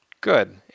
good